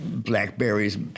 blackberries